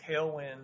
Tailwind